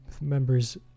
Members